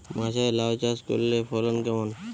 মাচায় লাউ চাষ করলে ফলন কেমন?